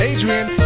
Adrian